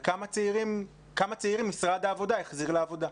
כמה צעירים משרד העבודה החזיר לעבודה?